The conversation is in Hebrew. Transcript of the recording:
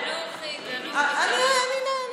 תנוחי, תנוחי.